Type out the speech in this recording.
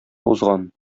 узган